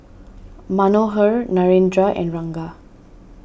Manohar Narendra and Ranga